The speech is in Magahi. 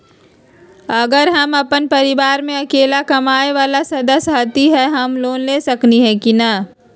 अगर हम अपन परिवार में अकेला कमाये वाला सदस्य हती त हम लोन ले सकेली की न?